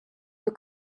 your